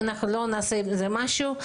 אם לא נעשה עם זה משהו,